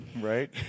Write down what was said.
Right